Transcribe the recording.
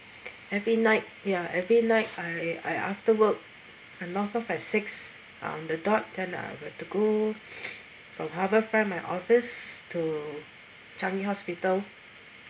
every night ya every night I I after work and knock off at six um the dot ah I have to go from harbourfront my office to changi hospital